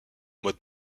mode